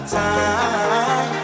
time